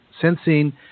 sensing